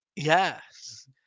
Yes